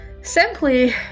Simply